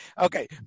Okay